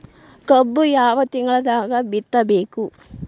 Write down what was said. ಕಬ್ಬು ಯಾವ ತಿಂಗಳದಾಗ ಬಿತ್ತಬೇಕು?